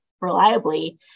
reliably